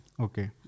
Okay